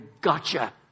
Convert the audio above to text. gotcha